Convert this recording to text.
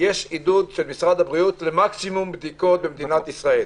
עידוד למקסימום בדיקות במדינת ישראל.